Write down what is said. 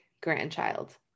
grandchild